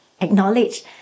acknowledge